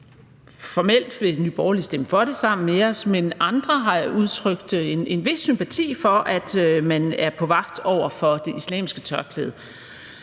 Formelt vil Nye Borgerlige stemme for det sammen med os, men andre har jo udtrykt en vis sympati for, at man er på vagt over for det islamiske tørklæde.